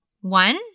One